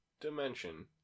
dimension